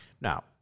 Now